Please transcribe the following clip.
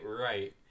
right